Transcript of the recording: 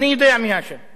המתנחלים.